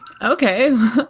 Okay